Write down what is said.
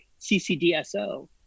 CCDSO